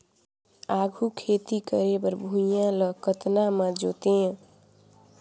आघु खेती करे बर भुइयां ल कतना म जोतेयं?